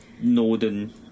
northern